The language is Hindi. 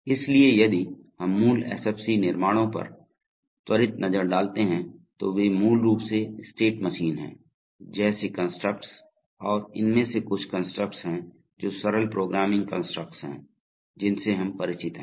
इसलिए यदि हम मूल SFC निर्माणों पर त्वरित नज़र डालते हैं तो वे मूल रूप से स्टेट मशीन हैं जैसे कंस्ट्रस्ट्स और इसमें कुछ कंस्ट्रस्ट्स हैं जो सरल प्रोग्रामिंग कंस्ट्रस्ट्स हैं जिनसे हम परिचित हैं